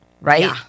right